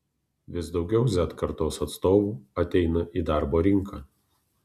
vis daugiau z kartos atstovų ateina į darbo rinką